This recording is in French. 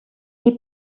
est